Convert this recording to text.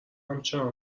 همچین